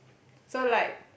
so like